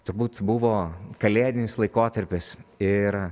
turbūt buvo kalėdinis laikotarpis ir